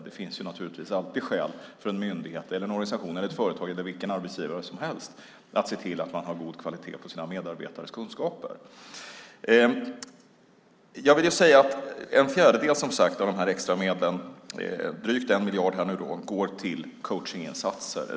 Det finns alltid skäl för en myndighet, en organisation, ett företag eller vilken arbetsgivare som helst att se till att ha god kvalitet på sina medarbetares kunskaper. En fjärdedel av extramedlen går alltså till coachningsinsatser, det vill säga drygt 1 miljard.